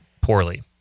poorly